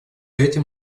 этим